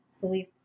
believe